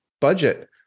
budget